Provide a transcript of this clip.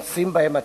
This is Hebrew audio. נושאים בהן הצדדים.